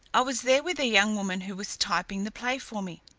i was there with a young woman who is typing the play for me.